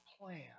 plan